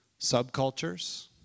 subcultures